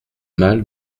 mal